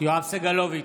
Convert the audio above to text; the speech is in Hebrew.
יואב סגלוביץ'